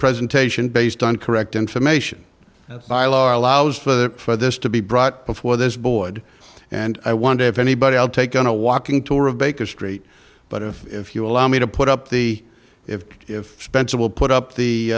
presentation based on correct information by law allows for this to be brought before this board and i wonder if anybody i'll take on a walking tour of baker street but if you allow me to put up the if spencer will put up